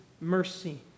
mercy